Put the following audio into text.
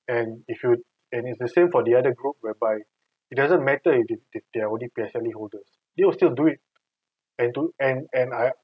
and if you and it's the same for the other group whereby it doesn't matter if they they they are P_L_S_E holders they will still do it and do and and I